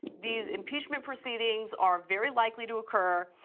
these impeachment proceedings are very likely to occur.